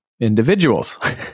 Individuals